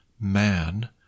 man